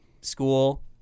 school